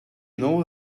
know